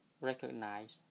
recognize